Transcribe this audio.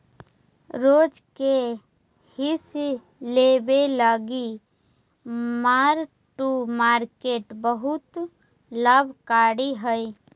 रोज के हिस लेबे लागी मार्क टू मार्केट बहुत लाभकारी हई